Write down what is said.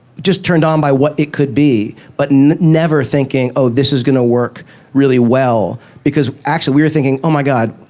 just turned on by what it could be but and never thinking, oh, this is going to work really well because actually, we were thinking, oh, my god.